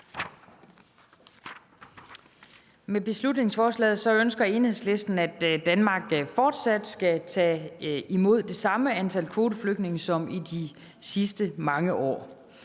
Med beslutningsforslaget ønsker Enhedslisten, at Danmark fortsat skal tage imod det samme antal kvoteflygtninge som i de sidste mange år.